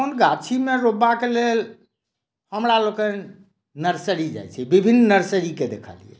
अपन गाछीमे रोपबाक लेल हमरा लोकनि नर्सरी जाइ छी विभिन्न नर्सरी के देखय लेल